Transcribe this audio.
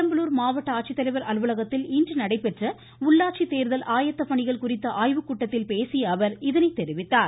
பெரம்பலூர் மாவட்ட ஆட்சித்தலைவர் அலுவலகத்தில் இன்று நடைபெற்ற உள்ளாட்சி தேர்தல் ஆயத்தப் பணிகள் குறித்த ஆய்வுக்கூட்டத்தில் பேசிய அவர் இதனை தெரிவித்தார்